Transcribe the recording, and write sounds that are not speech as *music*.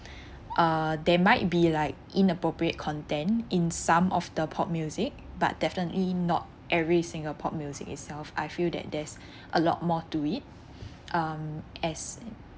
*breath* uh there might be like inappropriate content in some of the pop music but definitely not every single pop music itself I feel that there's *breath* a lot more to it um as